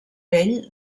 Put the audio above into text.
vell